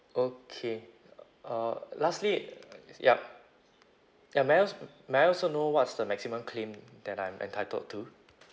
okay uh uh lastly yup ya may I als~ may I also know what's the maximum claim that I'm entitled to